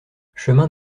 chemin